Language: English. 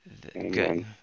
Good